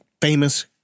famous